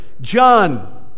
John